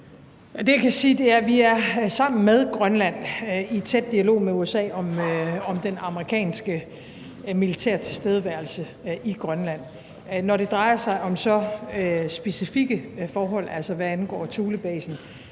Det, jeg kan sige, er, at vi sammen med Grønland er i tæt dialog med USA om den amerikanske militære tilstedeværelse i Grønland. Når det drejer sig om så specifikke forhold, altså hvad angår Thulebasen,